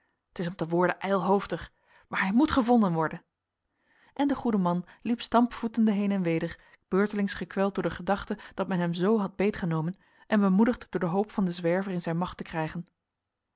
t is om te worden ijlhoofdig maar hij moet gevonden worden en de goede man liep stampvoetende heen en weder beurtelings gekweld door de gedachte dat men hem zoo had beetgenomen en bemoedigd door de hoop van den zwerver in zijn macht te krijgen